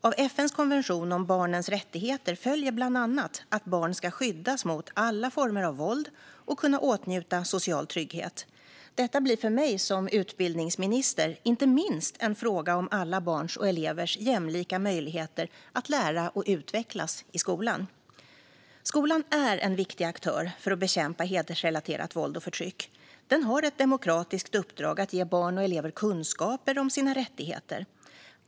Av FN:s konvention om barnens rättigheter följer bland annat att barn ska skyddas mot alla former av våld och kunna åtnjuta social trygghet. Detta blir för mig som utbildningsminister inte minst en fråga om alla barns och elevers jämlika möjligheter att lära och utvecklas i skolan. Skolan är en viktig aktör för att bekämpa hedersrelaterat våld och förtryck. Den har ett demokratiskt uppdrag att ge barn och elever kunskaper om sina rättigheter.